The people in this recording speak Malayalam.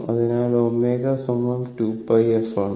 അതിനാൽ ω 2πf ആണ്